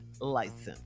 license